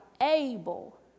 able